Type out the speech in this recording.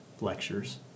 lectures